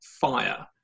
fire